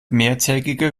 mehrtägige